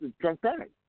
transparent